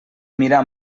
mirar